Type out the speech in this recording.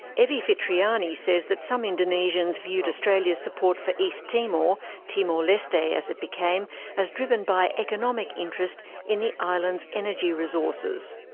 evi fitriani says that some indonesians viewed australia's support for east timor timor-leste as it became as driven by economic interest in the island's energy resources.